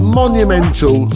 monumental